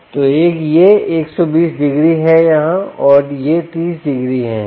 तो यह 120 डिग्री है यहां और यह 30 डिग्री है यहाँ